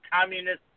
communist